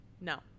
No